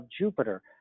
Jupiter